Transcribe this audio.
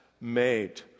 made